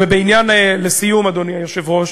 ולסיום, אדוני היושב-ראש,